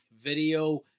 video